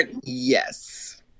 Yes